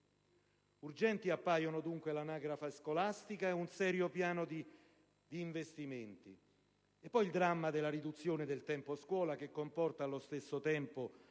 Urgenti appaiono dunque l'anagrafe scolastica e un serio piano d'investimenti. Vi è poi il dramma della riduzione del tempo-scuola, che comporta l'impoverimento